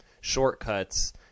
shortcuts